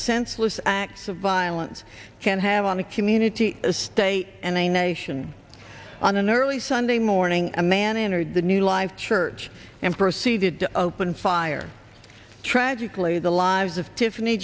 senseless acts of violence can have on a community a state and a nation on an early sunday morning a man entered the new life church and proceeded to open fire tragically the lives of tiffany